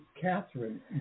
Catherine